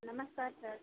नमस्कार सर